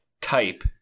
type